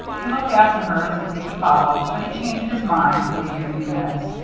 he looked after her as if he would follow but he changed his mind, and waited a few minutes.